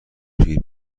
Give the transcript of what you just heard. پیر